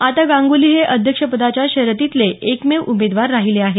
आता गांगुली हे अध्यक्षपदाच्या शर्यतीतले एकमेव उमेदवार राहिले आहेत